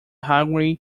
highway